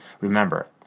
Remember